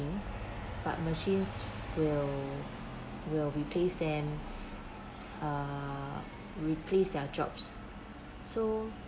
but machines will will replaced them err replaced their jobs so